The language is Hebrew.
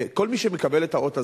כל מי שמקבל את האות הזה,